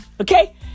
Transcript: okay